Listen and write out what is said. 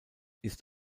ist